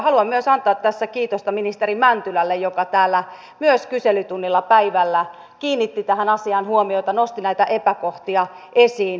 haluan myös antaa tässä kiitosta ministeri mäntylälle joka täällä myös kyselytunnilla päivällä kiinnitti tähän asiaan huomiota nosti näitä epäkohtia esiin